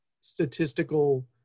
statistical –